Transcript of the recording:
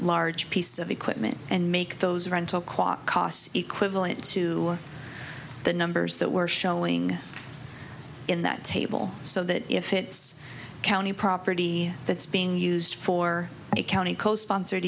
large piece of equipment and make those rental kwok costs equivalent to the numbers that were showing in that table so that if it's county property that's being used for a county co sponsored